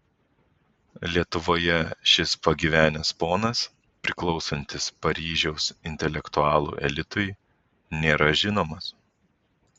lietuvoje šis pagyvenęs ponas priklausantis paryžiaus intelektualų elitui nėra žinomas